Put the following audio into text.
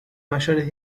mayores